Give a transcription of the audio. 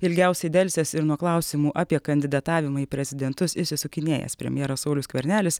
ilgiausiai delsęs ir nuo klausimų apie kandidatavimą į prezidentus išsisukinėjęs premjeras saulius skvernelis